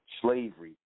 Slavery